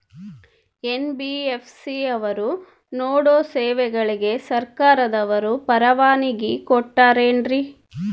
NBFC ಅವರು ನೇಡೋ ಸೇವೆಗಳಿಗೆ ಸರ್ಕಾರದವರು ಪರವಾನಗಿ ಕೊಟ್ಟಾರೇನ್ರಿ?